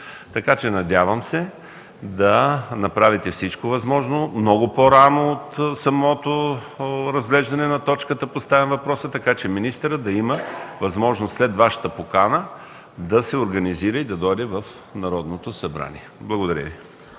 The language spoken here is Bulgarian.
отговор. Надявам се да направите всичко възможно – много по-рано от самото разглеждане на точката поставям въпроса, така че министърът да има възможност след Вашата покана да се организира и да дойде в Народното събрание. Благодаря Ви.